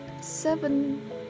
seven